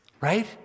right